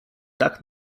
dach